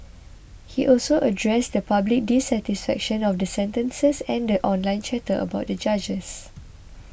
he also addressed the public dissatisfaction of the sentences and the online chatter about the judges